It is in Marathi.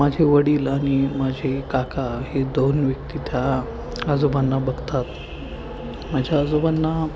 माझे वडील आणि माझे काका हे दोन व्यक्ती त्या आजोबांना बघतात माझ्या आजोबांना